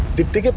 dipti